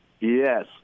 Yes